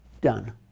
Done